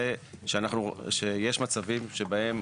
זה שיש מצבים שבהם,